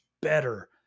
better